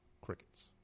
crickets